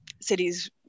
cities